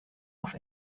auf